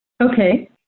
Okay